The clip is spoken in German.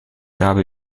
habe